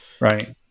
right